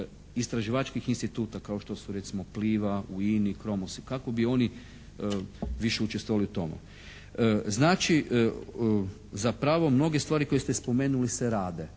istraživačkih instituta kao što su recimo "Pliva", u INA-i, Kromosi kako bi oni više učestvovali u tome. Znači zapravo mnoge stvari koje ste spomenuli se rade,